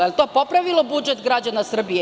Da li je to popravilo budžet građana Srbije?